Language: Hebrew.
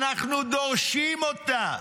אנחנו דורשים אותה.